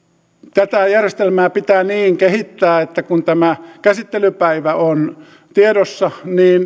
tätä järjestelmää pitää kehittää niin että kun tämä käsittelypäivä on tiedossa niin